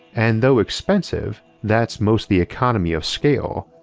and though expensive, that's mostly economy of scale,